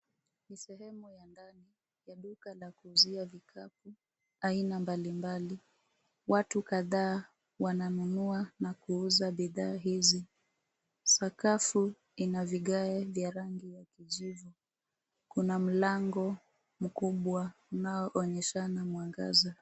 Ni sehemu ya ndani ya duka la kuuzia vikapu aina mbalimbali. Watu kadhaa wananunua na kuuza bidhaa hizi. Sakafu ina vigae vya rangi ya kijivu. Kuna mlango mkubwa unao onyeshana mwangaza.